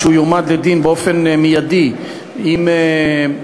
כדי שהוא יועמד לדין מייד עם ההחלטה